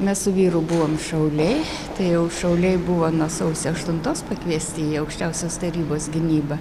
mes su vyru buvom šauliai tai jau šauliai buvo no sausio aštuntos pakviesti į aukščiausios tarybos gynybą